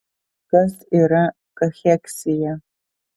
kas yra kacheksija